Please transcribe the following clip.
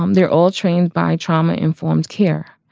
um they're all trained by trauma, informed care.